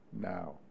now